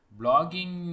blogging